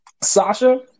Sasha